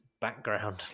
background